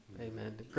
amen